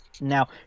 now